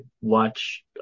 watch